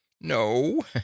No